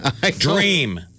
Dream